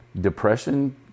Depression